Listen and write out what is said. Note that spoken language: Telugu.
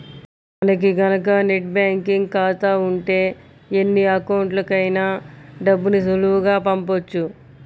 మనకి గనక నెట్ బ్యేంకింగ్ ఖాతా ఉంటే ఎన్ని అకౌంట్లకైనా డబ్బుని సులువుగా పంపొచ్చు